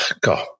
God